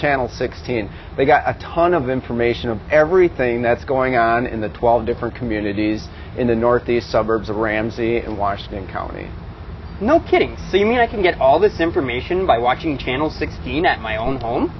channel sixteen they've got a ton of information of everything that's going on in the twelve different communities in the northeast suburbs of ramsey and washington county no kidding you mean i can get all this information by watching channel sixteen at my own home